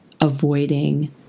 avoiding